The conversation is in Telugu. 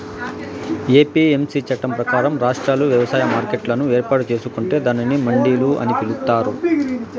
ఎ.పి.ఎమ్.సి చట్టం ప్రకారం, రాష్ట్రాలు వ్యవసాయ మార్కెట్లను ఏర్పాటు చేసుకొంటే దానిని మండిలు అని పిలుత్తారు